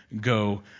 go